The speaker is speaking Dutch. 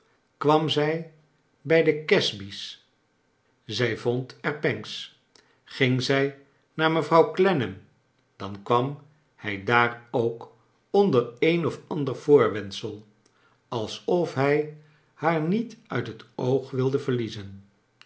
kwam zij bij de casby's zij vond er pancks ging zij naar mevrouw clennam dan kwam hij daar ook onder een of ander voorwendsel alsof hij haar niet nit het oog wilde verliezen